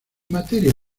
materia